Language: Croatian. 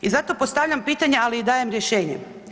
I zato postavljam pitanje ali i dajem rješenje.